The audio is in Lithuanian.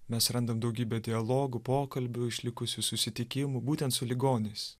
mes randam daugybę dialogų pokalbių išlikusių susitikimų būtent su ligoniais